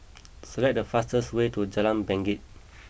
select the fastest way to Jalan Bangket